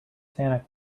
santa